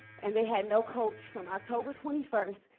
and they had no coach from october twenty first.